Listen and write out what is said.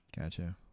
Gotcha